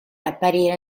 apparire